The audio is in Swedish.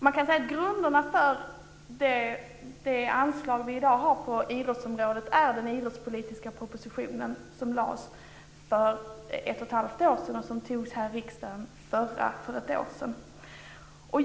Man kan säga att grunderna för det anslag som vi i dag har på idrottsområdet är den idrottspolitiska proposition som lades fram för ett och ett halvt år sedan och som antogs i riksdagen för ett år sedan.